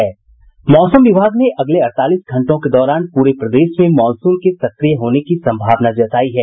मौसम विभाग ने अगले अड़तालीस घंटों के दौरान पूरे प्रदेश में मॉनसून के सक्रिय होने की सम्भावना जतायी है